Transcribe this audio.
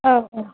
औ औ